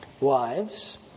Wives